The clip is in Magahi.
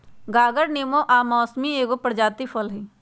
गागर नेबो आ मौसमिके एगो प्रजाति फल हइ